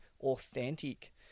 authentic